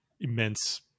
immense